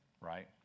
right